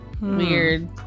Weird